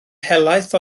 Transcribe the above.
helaeth